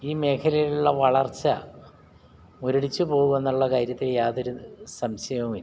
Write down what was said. ഈ മേഖലയിലുള്ള വളർച്ച മുരടിച്ച് പോകുമെന്നുള്ള കാര്യത്തിൽ യാതൊരു സംശയവുമില്ല